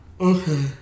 Okay